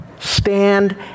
stand